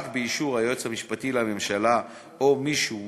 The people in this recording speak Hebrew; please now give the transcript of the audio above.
באישור היועץ המשפטי לממשלה או מי שהוא